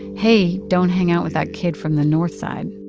hey, don't hang out with that kid from the north side.